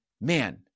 man